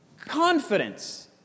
Confidence